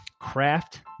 craft